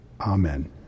Amen